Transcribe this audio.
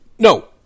No